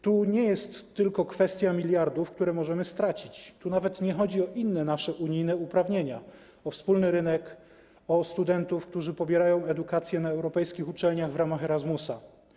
To nie jest tylko kwestia miliardów, które możemy stracić, tu nawet nie chodzi o inne nasze uprawnienia, o wspólny rynek, o studentów, którzy pobierają edukację na europejskich uczelniach w ramach Erasmusa.